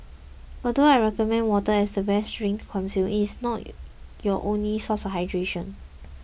although I recommend water as the best drink consume it is not your only source of hydration